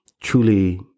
truly